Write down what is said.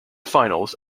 finals